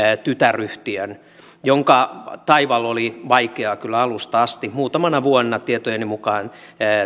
tytäryhtiön jonka taival oli kyllä vaikea alusta asti muutamana vuonna tietojeni mukaan